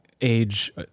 age